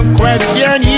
question